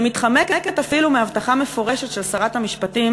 ומתחמקת אפילו מהבטחה מפורשת של שרת המשפטים